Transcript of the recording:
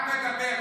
אתה רק מדבר.